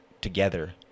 together